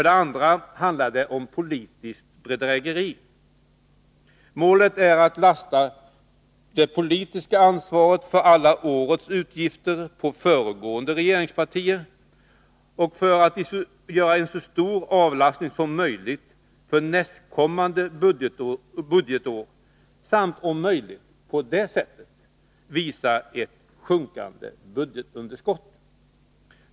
Dessutom handlar det om politiskt bedrägeri. Målet är att lasta det politiska ansvaret för alla årets utgifter på föregående regeringspartier och få en så stor avlastning som möjligt för nästkommande budgetår samt om möjligt på detta sätt visa ett sjunkande budgetunderskott.